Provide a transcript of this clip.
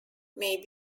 may